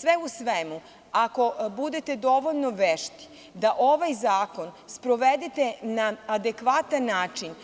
Sve u svemu, ako budete dovoljno vešti da ovaj zakon sprovedete na adekvatan način,